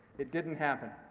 it didn't happen.